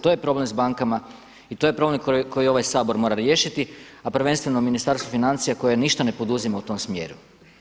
To je problem s bankama i to je problem koji ovaj Sabor mora riješiti, a prvenstveno Ministarstvo financija koje ništa ne poduzima u tom smjeru.